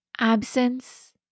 Absence